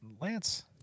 Lance